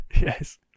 Yes